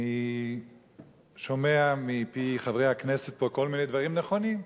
אני שומע מפי חברי הכנסת פה כל מיני דברים נכונים.